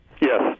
Yes